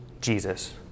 Jesus